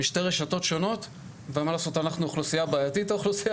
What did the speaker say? בשיטת הרישום של החינוך הממלכתי-דתי,